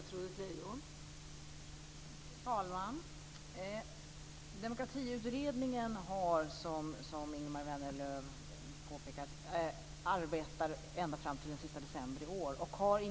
Fru talman! Demokratiutredningen arbetar, som Ingemar Vänerlöv påpekade, fram till den sista december i år.